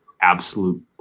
absolute